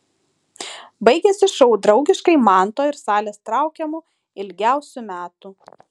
baigėsi šou draugiškai manto ir salės traukiamu ilgiausių metų